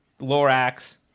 Lorax